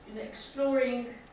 exploring